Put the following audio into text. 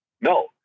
No